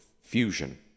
Fusion